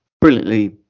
brilliantly